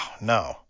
no